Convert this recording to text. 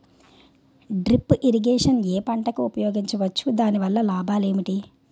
Drip irrigation ఏ పంటలకు ఉపయోగించవచ్చు? దాని వల్ల లాభాలు ఏంటి?